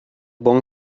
bon